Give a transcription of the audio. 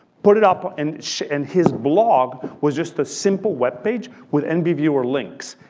put it up, and and his blog was just a simple web page with and nbviewer links.